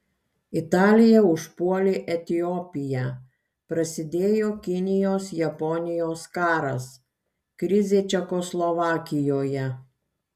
italija užpuolė etiopiją prasidėjo kinijos japonijos karas krizė čekoslovakijoje